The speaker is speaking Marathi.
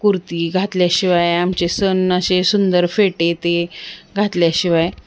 कुर्ती घातल्याशिवाय आमचे सण असे सुंदर फेटे ते घातल्याशिवाय